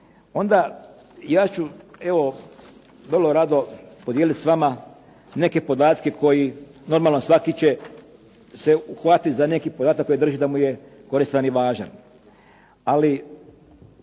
onda ja ću evo vrlo rado podijeliti s vama neke podatke koji, normalno svaki će se uhvatiti za neki podatak koji drži da mu je koristan i važan